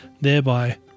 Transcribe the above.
thereby